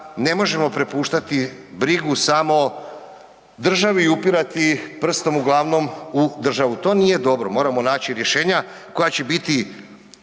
ne možemo prepuštati brigu samo državi i upirati prstom uglavnom u državu. To nije dobro, moramo naći rješenja koja će biti